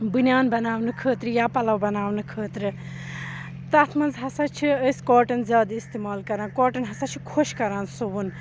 بٔنیان بَناونہٕ خٲطرٕ یا پَلو بَناونہٕ خٲطرٕ تَتھ منٛز ہَسا چھِ أسۍ کاٹَن زیادٕ اِستعمال کَران کاٹَن ہَسا چھِ خۄش کَران سُوُن